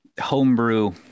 homebrew